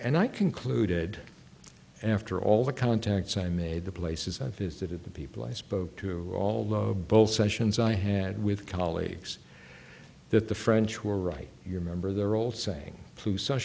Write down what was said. and i concluded after all the contacts i made the places i visited the people i spoke to although both sessions i had with colleagues that the french were right you remember their old saying